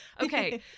Okay